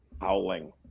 howling